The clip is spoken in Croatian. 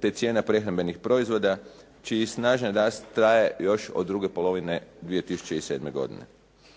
te cijena prehrambenih proizvoda čiji snažan rast traje još od druge polovine 2007. godine.